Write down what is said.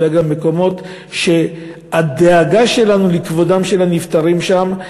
אלא גם מקומות שהדאגה שלנו לכבודם של הנפטרים שם,